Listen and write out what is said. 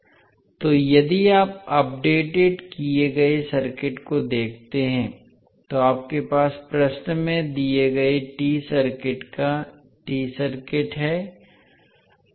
इसलिए यदि आप अपडेटेड किए गए सर्किट को देखते हैं तो आपके पास प्रश्न में दिए गए T सर्किट का T सर्किट है